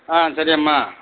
ஆ சரிங்கம்மா